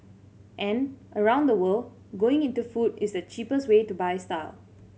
and around the world going into food is the cheapest way to buy style